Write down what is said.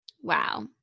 Wow